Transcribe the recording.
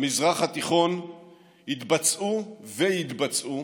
במזרח התיכון התבצעו ויתבצעו